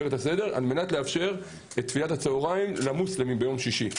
את הסדר על מנת לאפשר את תפילת הצהריים למוסלמים ביום שישי.